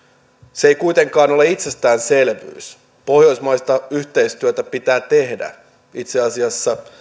se ei kuitenkaan ole itsestäänselvyys pohjoismaista yhteistyötä pitää tehdä itse asiassa